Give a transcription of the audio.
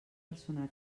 persona